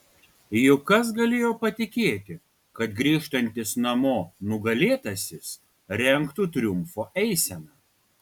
juk kas galėjo patikėti kad grįžtantis namo nugalėtasis rengtų triumfo eiseną